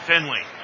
Finley